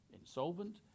insolvent